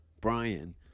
Brian